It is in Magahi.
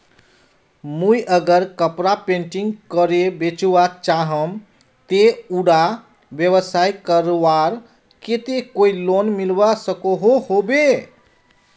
मुई अगर कपड़ा पेंटिंग करे बेचवा चाहम ते उडा व्यवसाय करवार केते कोई लोन मिलवा सकोहो होबे?